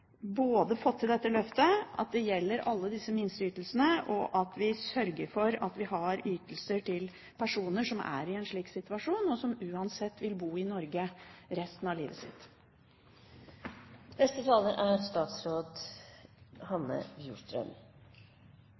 fått til dette løftet, at det gjelder alle disse minsteytelsene, og at vi sørger for ytelser til personer som er i en slik situasjon, og som uansett vil bo i Norge resten av livet. Trygdeoppgjøret er et viktig inntektsoppgjør, som berører alle som lever av ytelser fra folketrygden. Gjennom årets trygdeoppgjør er